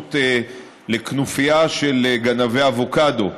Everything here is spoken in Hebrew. להשתייכות לכנופיה של גנבי אבוקדו.